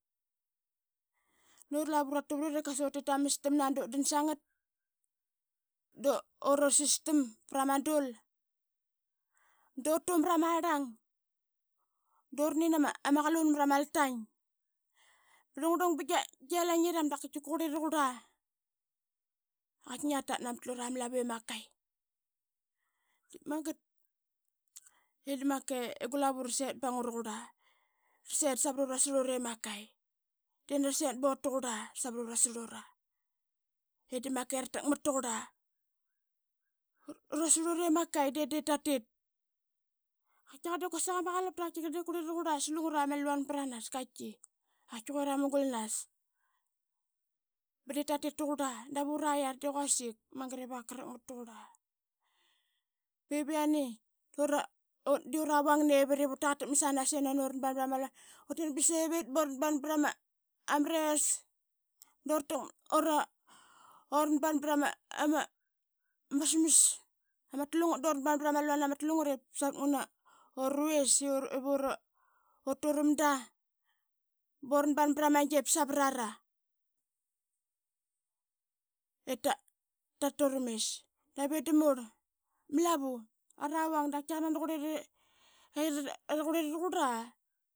Nani ura lavu ratuvarot i qasa uti tama mastamna dut dan sangat durasistam prama dul dotu marama rang doranin ama qalun marama latai rlung rlung ba gilaingiram dap qatika qureruqura qaitingiata namat lura lavu i makai. Ip mangat i da makai gulavu i raset bangua ruqura raset savarora slura i makai de nani raset bot tuqura savarora slura i makai de nani raset bot taqura savarora slura i da makai rakatmat tuqura. Ura slura i makai de dep tatit dap qaitigar quasik ama qalapta qaitiqar de qurera ruqura slungara ama luan branas qaitiki, qaitiki que ramugalnas baditatit tuqura dap ura i yara de quasik mangat i vaqak qarakmat tugura bevian ee ut de uravang nevit ip urataqat akmat sanas i nani ura ban brama luqan utit ba sevit boranban brama rice dora uran ban brama smas amatlungat dorain ban brama luan ama tlungat ip savat ngan noravis i vuturamda boranban bramagi ip savara ip ta turamis. Dap itdamur malava araung de qaitaqar nani qurera ruqura.